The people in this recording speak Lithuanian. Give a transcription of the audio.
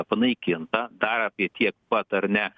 panaikinta dar apie tiek pat ar ne